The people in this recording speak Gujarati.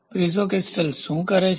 પીઝો ક્રિસ્ટલ શું કરે છે